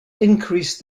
increased